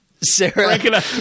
Sarah